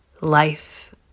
life